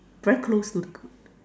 very close to the c~